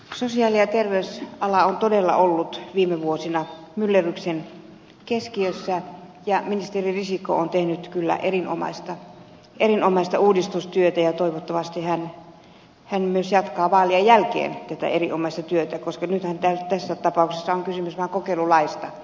sosiaali ja terveysala on viime vuosina todella ollut myllerryksen keskiössä ja ministeri risikko on tehnyt kyllä erinomaista uudistustyötä ja toivottavasti hän myös jatkaa vaalien jälkeen tätä erinomaista työtä koska nythän tässä tapauksessa on kysymys vain kokeilulaista